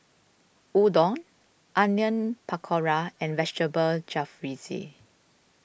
Udon Onion Pakora and Vegetable Jalfrezi